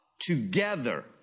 together